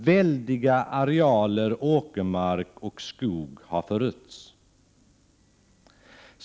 Väldiga arealer åkermark och skog har förötts.